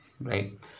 right